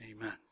amen